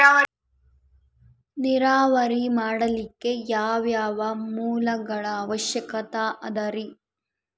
ನೇರಾವರಿ ಮಾಡಲಿಕ್ಕೆ ಯಾವ್ಯಾವ ಮೂಲಗಳ ಅವಶ್ಯಕ ಅದರಿ?